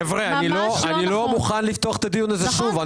חבר'ה, אני לא מוכן לפתוח את הדיון הזה שוב.